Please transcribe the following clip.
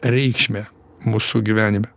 reikšmę mūsų gyvenime